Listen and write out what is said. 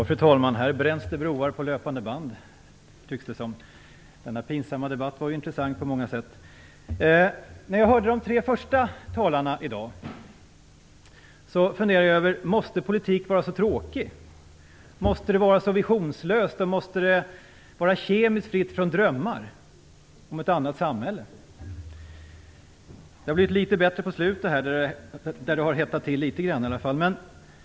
Fru talman! Här bränns det broar på löpande band, tycks det som. Denna pinsamma debatt var intressant på många sätt. När jag hörde de tre första talarna i dag funderade jag över om politik måste vara så tråkig. Måste den vara så visionslös och kemiskt fri från drömmar om ett annat samhälle? Det blev något bättre nu på slutet, där det i alla fall hettade till litet grand.